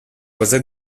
cosa